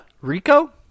RICO